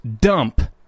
dump